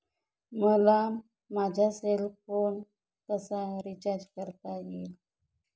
मला माझा cell phone कसा रिचार्ज करता येईल?